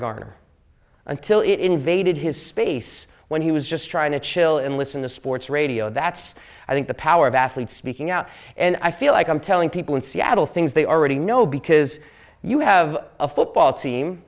garner until it invaded his space when he was just trying to chill and listen to sports radio that's i think the power of athletes speaking out and i feel like i'm telling people in seattle things they already know because you have a football team